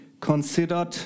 considered